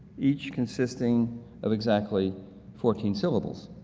each consisting of exactly fourteen syllables.